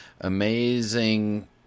Amazing